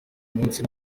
munsi